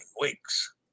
weeks